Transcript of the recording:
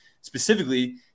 specifically